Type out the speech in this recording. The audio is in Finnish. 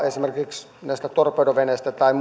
esimerkiksi näistä torpedoveneistä tai